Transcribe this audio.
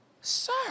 sir